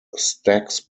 stax